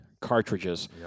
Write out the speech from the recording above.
cartridges